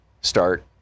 start